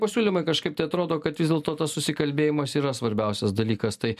pasiūlymai kažkaip tai atrodo kad vis dėlto tas susikalbėjimas yra svarbiausias dalykas tai